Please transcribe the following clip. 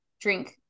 drink